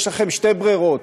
יש לכם שתי ברירות,